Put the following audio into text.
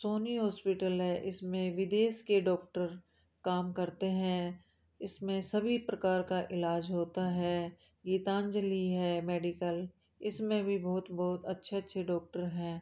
Soni hospital है इस में विदेश के डॉक्टर काम करते हैं इस में सभी प्रकार का इलाज होता है गीतांजलि है मेडिकल इस में भी बहुत बहुत अच्छे अच्छे डॉक्टर हैं